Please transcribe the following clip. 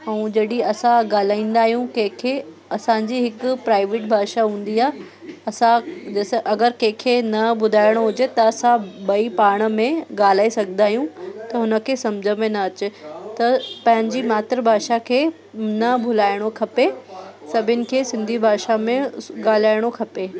ऐं जॾहिं असां ॻाल्हाईंदा आहियूं कंहिंखे असांजी हिकु प्राइवेट भाषा हूंदी आहे असां जैसे अगरि कंहिंखे न ॿुधाइणो हुजे त असां ॿई पाण में ॻाल्हाए सघंदा आहियूं त उन खे समुझ में न अचे त पंहिंजी मात्रभाषा खे न भुलाइणो खपे सभिनि खे सिंधी भाषा में ॻाल्हाइणो खपे